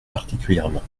particulièrement